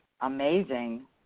amazing